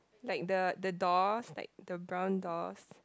like the the doors like the brown doors